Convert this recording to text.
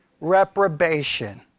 reprobation